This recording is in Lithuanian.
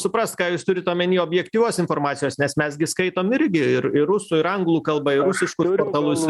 suprast ką jūs turit omeny objektyvios informacijos nes mes gi skaitom irgi ir ir rusų ir anglų kalba ir rusiškus portalus